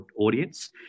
audience